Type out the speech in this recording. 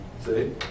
See